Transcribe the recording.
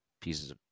pieces